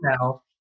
now